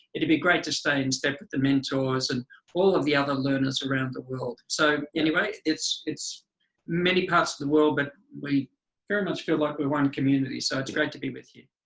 it'd be great to stay in step with the mentors and all of the other learners around the world. so anyway it's it's many parts of the world but we very much feel like we one community, so it's great to be with you.